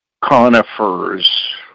conifers